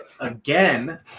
again